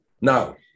Now